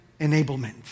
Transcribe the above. enablement